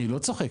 אני לא צוחק.